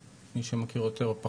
מי שמכיר יותר או פחות,